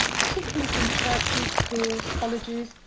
particularly from churches, schools, colleges,